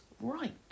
right